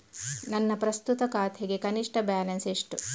ನನ್ನ ಪ್ರಸ್ತುತ ಖಾತೆಗೆ ಕನಿಷ್ಠ ಬ್ಯಾಲೆನ್ಸ್ ಎಷ್ಟು?